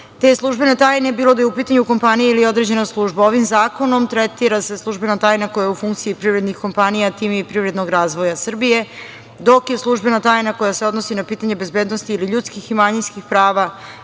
te službene tajne, bilo da je u pitanju kompanija ili određena služba. Ovim zakonom tretira se službena tajna koja je u funkciji privrednih kompanija, time i privrednog razvoja Srbije, dok je službena tajna koja se odnosi na pitanje bezbednosti ljudskih i manjinskih prava